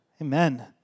Amen